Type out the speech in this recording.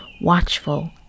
watchful